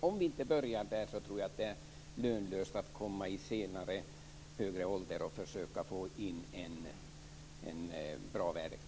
Om vi inte börjar där tror jag att det är lönlöst att försöka få in en bra värdegrund senare i livet.